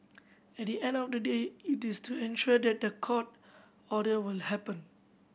at the end of the day it is to ensure that the court order will happen